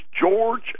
George